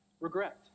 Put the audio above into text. Regret